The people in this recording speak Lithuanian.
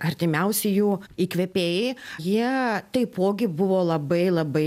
artimiausi jų įkvėpėjai jie taipogi buvo labai labai